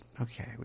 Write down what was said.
Okay